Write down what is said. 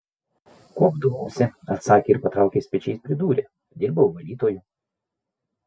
kuopdavausi atsakė ir patraukęs pečiais pridūrė dirbau valytoju